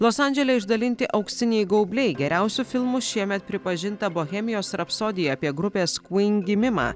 los andžele išdalinti auksiniai gaubliai geriausiu filmu šiemet pripažinta bohemijos rapsodija apie grupės kuyn gimimą